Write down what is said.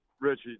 Richie